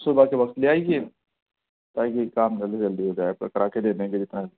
صبح کے وقت لے آئیے تاکہ یہ کام جلدی سے جلدی ہو جائے آپ کا کرا کے دے دیں گے جتنا